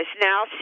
now